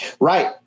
Right